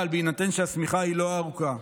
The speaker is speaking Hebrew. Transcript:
אבל בהינתן שהשמיכה לא ארוכה,